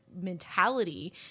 mentality